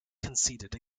conceded